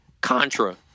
Contra